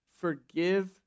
forgive